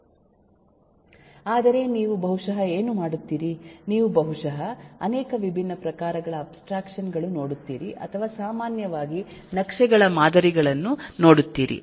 ಆದರೆ ನೀವು ಬಹುಶಃ ಏನು ಮಾಡುತ್ತೀರಿ ನೀವು ಬಹುಶಃ ಅನೇಕ ವಿಭಿನ್ನ ಪ್ರಕಾರಗಳ ಅಬ್ಸ್ಟ್ರಾಕ್ಷನ್ ಗಳು ನೋಡುತ್ತೀರಿ ಅಥವಾ ಸಾಮಾನ್ಯವಾಗಿ ನಕ್ಷೆಗಳ ಮಾದರಿಗಳನ್ನು ನೋಡುತ್ತೀರಿ